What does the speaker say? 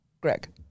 Greg